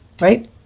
Right